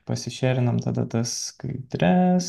pasišėrinam tada tas skaidres